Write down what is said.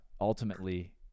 ultimately